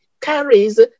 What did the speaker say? carries